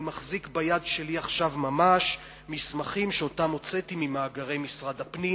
אני מחזיק בידי עכשיו ממש מסמכים שהוצאתי ממאגרי משרד הפנים,